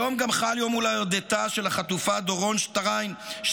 היום חל גם יום הולדתה של החטופה דורון שטיינברכר,